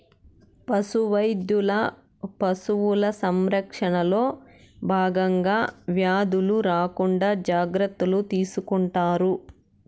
పశు వైద్యులు పశువుల సంరక్షణలో భాగంగా వ్యాధులు రాకుండా జాగ్రత్తలు తీసుకుంటారు